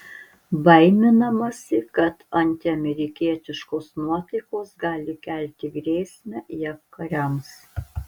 baiminamasi kad antiamerikietiškos nuotaikos gali kelti grėsmę jav kariams